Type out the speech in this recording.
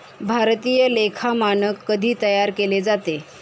भारतीय लेखा मानक कधी तयार केले जाते?